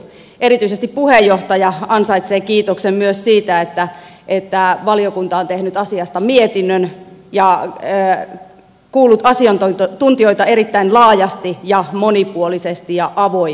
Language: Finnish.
erityisesti puheenjohtaja ansaitsee kiitoksen myös siitä että valiokunta on tehnyt asiasta mietinnön ja kuullut asiantuntijoita erittäin laajasti ja monipuolisesti ja avoimesti